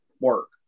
work